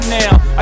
now